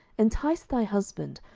entice thy husband,